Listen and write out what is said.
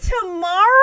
tomorrow